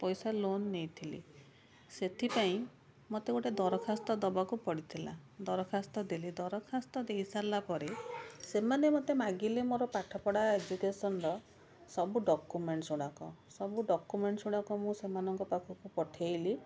ପଇସା ଲୋନ୍ ନେଇଥିଲି ସେଥିପାଇଁ ମୋତେ ଗୋଟେ ଦରଖାସ୍ତ ଦେବାକୁ ପଡ଼ିଥିଲା ଦରଖାସ୍ତ ଦେଲି ଦରଖାସ୍ତ ଦେଇସାରିଲା ପରେ ସେମାନେ ମୋତେ ମାଗିଲେ ମୋ ପାଠ ପଢ଼ା ଏଜୁକେସନର ସବୁ ଡକୁମେଣ୍ଟସ ଗୁଡ଼ାକ ସବୁ ଡକୁମେଣ୍ଟସ ଗୁଡ଼ାକ ମୁଁ ସେମାନଙ୍କ ପାଖକୁ ପଠେଇଲି